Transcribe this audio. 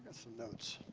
some notes.